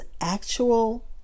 actual